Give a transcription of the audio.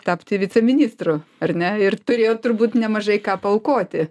tapti viceministru ar ne ir turėjot turbūt nemažai ką paaukoti